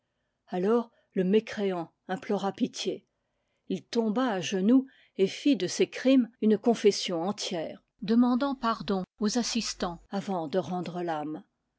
alors le mécréant implora pitié il tomba à genoux et fit de ses crimes une confession entière demandant pardon aux assistants avant de rendre